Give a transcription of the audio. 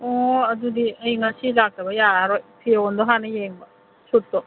ꯑꯣ ꯑꯗꯨꯗꯤ ꯑꯩ ꯉꯁꯤ ꯂꯥꯛꯇꯕ ꯌꯥꯔꯔꯣꯏ ꯐꯤꯔꯣꯟꯗꯨ ꯍꯥꯟꯅ ꯌꯦꯡꯕ ꯁꯨꯠꯇꯣ